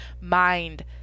mind